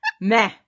Meh